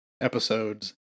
episodes